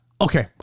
Okay